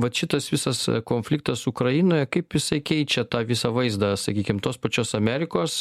vat šitas visas konfliktas ukrainoje kaip jisai keičia tą visą vaizdą sakykim tos pačios amerikos